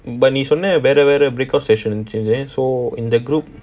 but நீ சொன்ன லா வேற வேற:nee sonna laa veara veara break out session so in the group